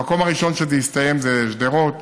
המקום הראשון שזה הסתיים זה שדרות.